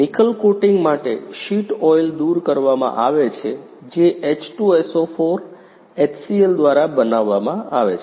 nickel coating માટે sheet oil દૂર કરવામાં આવે છે જે H2SO4 HCL દ્વારા કરવામાં આવે છે